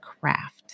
craft